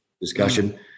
discussion